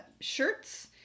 shirts